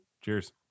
Cheers